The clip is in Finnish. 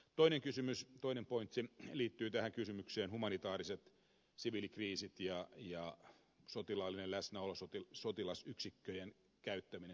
toinen kysymys toinen pointsi liittyy kysymykseen humanitaariset siviilikriisit ja sotilaallinen läsnäolo sotilasyksikköjen käyttäminen